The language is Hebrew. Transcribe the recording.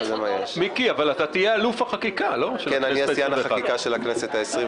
אבל, מיקי, אתה תהיה אלוף החקיקה של הכנסת ה-21